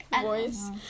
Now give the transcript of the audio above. voice